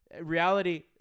Reality